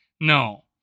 No